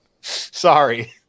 Sorry